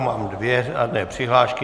Mám dvě řádné přihlášky.